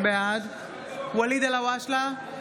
בעד ואליד אלהואשלה,